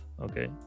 okay